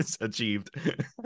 Achieved